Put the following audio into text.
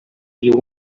you